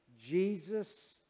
Jesus